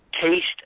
taste